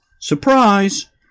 Surprise